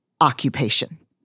occupation